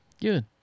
good